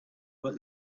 but